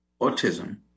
autism